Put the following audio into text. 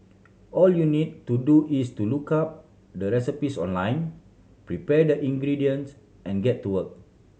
all you need to do is to look up the recipes online prepare the ingredients and get to work